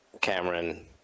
Cameron